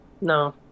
no